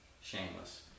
Shameless